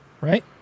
right